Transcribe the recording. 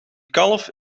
kalf